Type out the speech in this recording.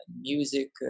music